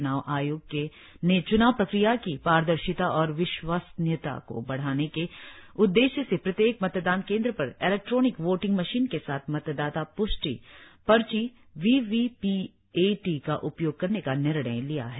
च्नाव आयोग ने चूनाव प्रक्रिया की पारदर्शिता और विश्वसनीयता को बढ़ाने के उद्देश्य से प्रत्येक मतदान केंद्र पर इलेक्ट्रॉनिक वोटिंग मशीन के साथ मतदाता प्ष्टि पर्ची वीवीपीएटी का उपयोग करने का निर्णय लिया है